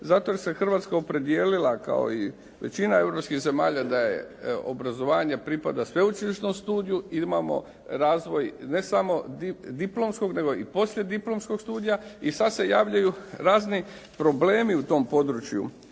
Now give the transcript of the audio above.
Zato jer se Hrvatska opredijelila kao i većina europskih zemalja da obrazovanje pripada sveučilišnom studiju. Imamo razvoj ne samo diplomskog nego i poslijediplomskog studija i sad se javljaju razni problemi u tom području